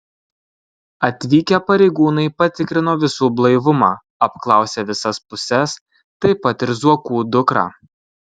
atvykę pareigūnai patikrino visų blaivumą apklausė visas puses taip pat ir zuokų dukrą